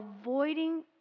avoiding